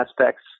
aspects